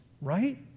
right